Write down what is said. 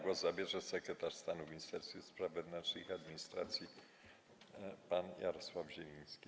Głos zabierze sekretarz stanu w Ministerstwie Spraw Wewnętrznych i Administracji pan Jarosław Zieliński.